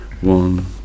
One